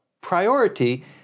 priority